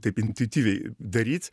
taip intuityviai daryt